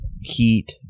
heat